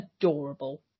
adorable